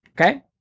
Okay